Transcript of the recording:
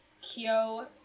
Kyo